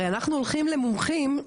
הרי אנחנו הולכים למומחים,